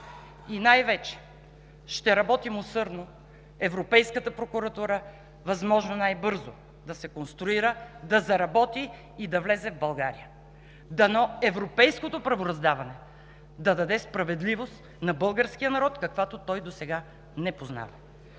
И най-вече: ще работим усърдно Европейската прокуратура възможно най-бързо да се конструира, да заработи и да влезе в България. Дано европейското правораздаване да даде справедливост на българския народ, каквато той досега не познава.